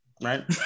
right